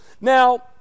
Now